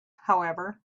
however